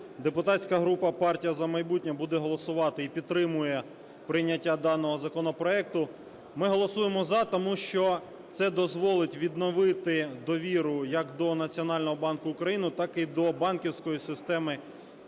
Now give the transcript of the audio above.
депутатська група партія "За майбутнє" буде голосувати і підтримує прийняття даного законопроекту. Ми голосуємо – за, тому що це дозволить відновити довіру як до Національного банку України так і до банківської системи